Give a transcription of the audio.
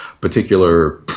particular